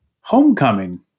Homecoming